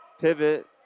pivot